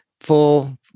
full